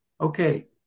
Okay